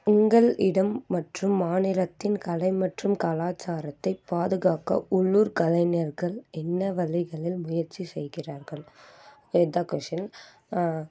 உங்கள் இடம் மற்றும் மாநிலத்தின் கலை மற்றும் கலாச்சாரத்தைப் பாதுகாக்க உள்ளூர் கலைஞர்கள் என்ன வழிகளில் முயற்சி செய்கிறார்கள் இதான் கொஷின்